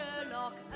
Sherlock